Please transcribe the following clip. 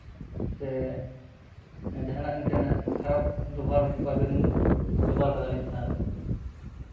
ᱥᱮ ᱡᱟᱦᱟᱱᱟᱜ ᱤᱱᱠᱟᱹᱱᱟᱜ ᱠᱷᱟᱨᱟᱯ ᱵᱮᱵᱚᱦᱟᱨ ᱵᱟᱵᱮᱱ ᱵᱮᱵᱚᱦᱟᱨ ᱠᱟᱫᱟ ᱟᱹᱞᱤᱧ ᱪᱮᱛᱟᱱ ᱨᱮ